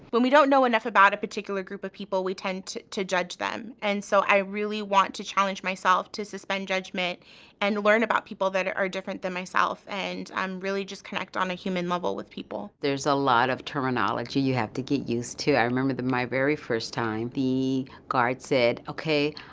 when we don't know enough about a particular group of people, we tend to to judge them. and so i really want to challenge myself to suspend judgment and learn about people that are are different than myself and um really just connect on a human level with people. there is a lot of terminology you have to get used to. i remember that my very first time, the guard said, okay,